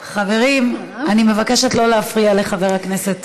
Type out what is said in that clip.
חברים, אני מבקשת שלא להפריע לחבר הכנסת